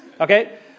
Okay